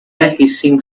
hissing